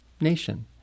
nation